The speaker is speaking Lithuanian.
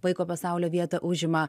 vaiko pasaulio vietą užima